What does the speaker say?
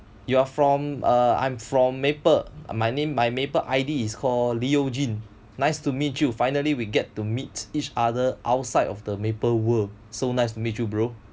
you are from uh I'm from Maple uh my name my Maple I_D is call leo jin nice to meet you finally we get to meet each other outside of the Maple world so nice to meet you bro